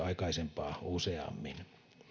aikaisempaa useammin